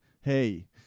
hey